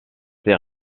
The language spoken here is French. ces